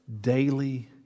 daily